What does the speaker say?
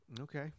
Okay